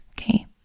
okay